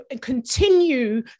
continue